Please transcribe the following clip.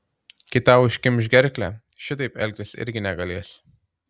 kai tau užkimš gerklę šitaip elgtis irgi negalėsi